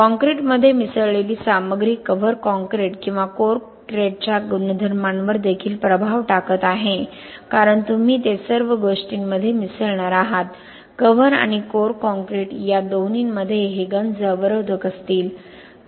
कॉंक्रिटमध्ये मिसळलेली सामग्री कव्हर कॉंक्रिट किंवा कोर क्रेटच्या गुणधर्मांवर देखील प्रभाव टाकत आहे कारण तुम्ही ते सर्व गोष्टींमध्ये मिसळणार आहात कव्हर आणि कोर कॉंक्रिट या दोन्हीमध्ये हे गंज अवरोधक असतील